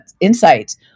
insights